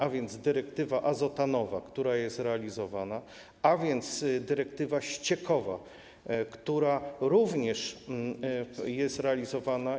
A więc dyrektywa azotanowa, która jest realizowana, a więc dyrektywa ściekowa, która również jest realizowana.